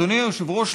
אדוני היושב-ראש,